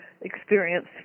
experience